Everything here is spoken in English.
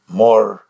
more